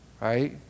right